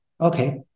Okay